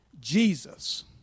Jesus